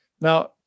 Now